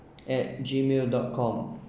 at gmail dot com